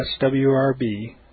swrb